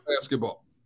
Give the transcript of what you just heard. basketball